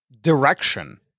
direction